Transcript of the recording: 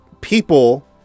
people